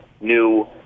new